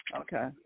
okay